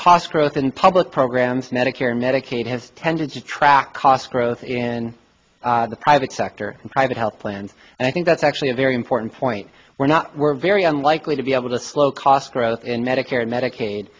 cost growth and public programs medicare medicaid have tended to track cost growth in the private sector and private health plans and i think that's actually a very important point we're not we're very unlikely to be able to slow cost growth in medicare and medicaid